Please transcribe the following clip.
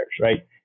right